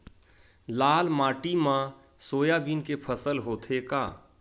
लाल माटी मा सोयाबीन के फसल होथे का?